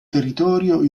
territorio